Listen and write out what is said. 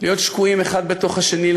להיות שקועים אחד בתוך השני,